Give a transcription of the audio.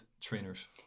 trainers